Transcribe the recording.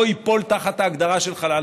לא ייפול תחת ההגדרה של חלל צה"ל.